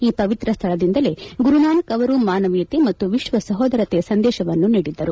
ಈ ಪವಿತ್ರ ಸ್ಥಳದಿಂದಲೇ ಗುರುನಾನಕ್ ಅವರು ಮಾನವೀಯತೆ ಮತ್ತು ವಿಶ್ವ ಸಹೋದರತೆಯ ಸಂದೇಶವನ್ನು ನೀಡಿದ್ದರು